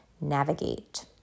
navigate